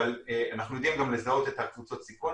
אנחנו יודעים גם לזהות את קבוצות הסיכון,